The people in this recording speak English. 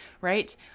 right